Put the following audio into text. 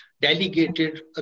delegated